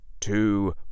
Two